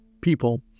people